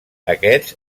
aquests